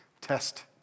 Test